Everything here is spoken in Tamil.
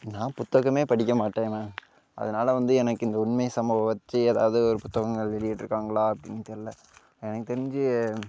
நான் புத்தகம் படிக்க மாட்டேண்ண அதனால வந்து எனக்கு இந்த உண்மை சம்பவம் வச்சு எதாவது ஒரு புத்தகங்கள் வெளியிட்ருக்காங்களா அப்படின்னு தெர்யல எனக்கு தெரிஞ்சு